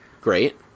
Great